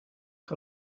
que